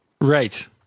Right